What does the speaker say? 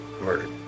murdered